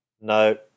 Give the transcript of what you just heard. No